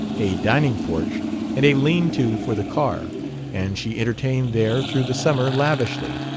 a dining-porch and a lean-to for the car and she entertained there through the summer lavishly,